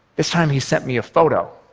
this time he sent me a photo